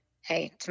hey